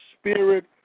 spirit